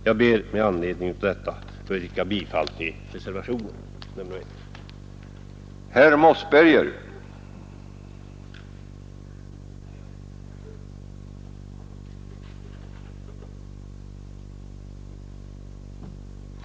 Jag ber med dessa ord att få yrka bifall till reservationen 1 av herr Hansson i Skegrie m.fl.